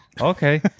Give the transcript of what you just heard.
Okay